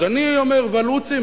אז אני אומר: ולו"צים.